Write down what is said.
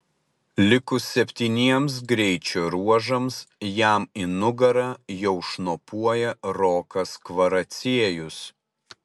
likus septyniems greičio ruožams jam į nugarą jau šnopuoja rokas kvaraciejus